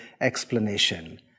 explanation